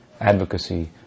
advocacy